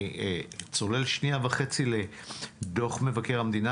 אני צולל לדוח מבקר המדינה,